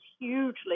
hugely